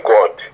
God